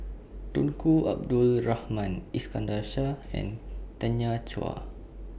Tunku Abdul Rahman Iskandar Shah and Tanya Chua